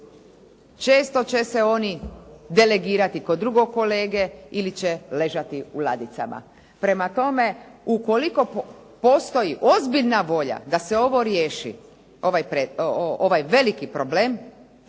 često će se oni delegirati kod drugog kolege ili će ležati u ladicama. Prema tome, ukoliko postoji ozbiljna volja da se ovo riješi, ovaj veliki problem,